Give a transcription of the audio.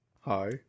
Hi